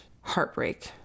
heartbreak